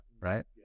Right